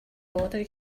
bother